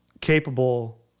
capable